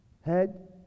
head